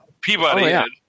Peabody